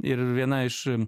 ir viena iš